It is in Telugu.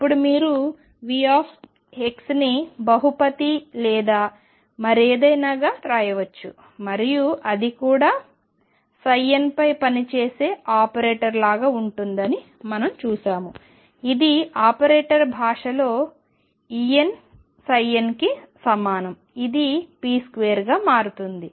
ఇప్పుడు మీరు Vని బహుపది లేదా మరేదైనా గా రాయవచ్చు మరియు అది కూడా nపై పనిచేసే ఆపరేటర్ లాగా ఉంటుందని మనంచూశాము ఇది ఆపరేటర్ భాషలో Ennకి సమానం ఇది p2గా మారుతుంది